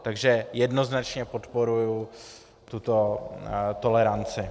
Takže jednoznačně podporuji tuto toleranci.